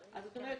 זאת אומרת,